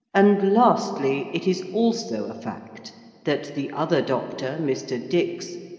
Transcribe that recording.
and, lastly, it is also a fact that the other doctor, mr. dix,